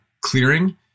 clearing